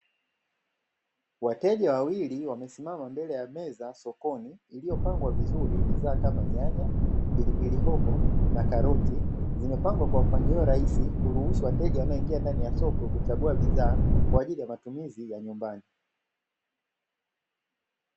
Wateja wawili wamesimama mbele ya meza sokoni iliyopangwa vizuri bidhaa kama nyanya, pilipili hoho na karoti zimepangwa kwa mpangilio rahisi kuruhusu wateja wanaoingia ndani ya soko kuchagua bidhaa kwa ajili ya matumizi ya nyumbani.